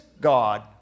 God